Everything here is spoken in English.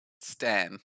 Stan